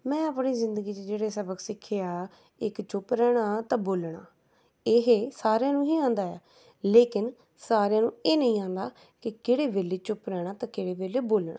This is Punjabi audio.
ਮੈਂ ਆਪਣੀ ਜ਼ਿੰਦਗੀ 'ਚ ਜਿਹੜੇ ਸਬਕ ਸਿੱਖੇ ਆ ਇੱਕ ਚੁੱਪ ਰਹਿਣਾ ਤਾਂ ਬੋਲਣਾ ਇਹ ਸਾਰਿਆਂ ਨੂੰ ਹੀ ਆਉਂਦਾ ਹੈ ਲੇਕਿਨ ਸਾਰਿਆਂ ਨੂੰ ਇਹ ਨਹੀਂ ਆਉਂਦਾ ਕਿ ਕਿਹੜੇ ਵੇਲੇ ਚੁੱਪ ਰਹਿਣਾ ਅਤੇ ਕਿਹੜੇ ਵੇਲੇ ਬੋਲਣਾ